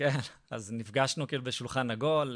אז נפגשנו כאילו בשולחן עגול,